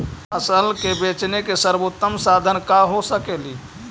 फसल के बेचने के सरबोतम साधन क्या हो सकेली?